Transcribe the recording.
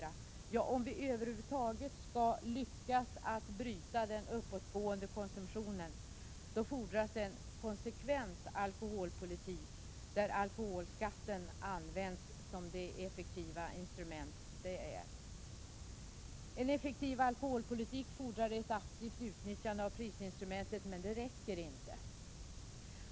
Ja, om vi över huvud taget skall lyckas att bryta den uppåtgående konsumtionen fordras en konsekvent alkoholpolitik, där alkoholskatten används som det effektiva instrument den är. En effektiv alkoholpolitik fordrar ett aktivt utnyttjande av prisinstrumentet, men det räcker inte.